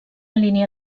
línia